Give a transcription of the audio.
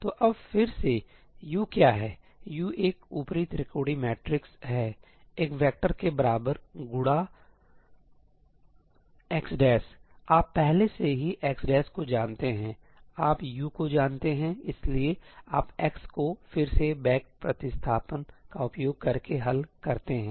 तो अब फिर से U क्या है U एक ऊपरी त्रिकोणीय मैट्रिक्स है एक वेक्टर के बराबर गुणा इसलिए यह है x आप पहले से ही x को जानते हैं आप U को जानते हैं इसलिए आप x को फिर से बैक प्रतिस्थापन का उपयोग करके हल करते हैं